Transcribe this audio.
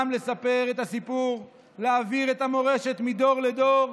גם לספר את הסיפור, להעביר את המורשת מדור לדור,